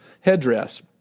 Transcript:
headdress